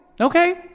okay